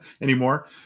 anymore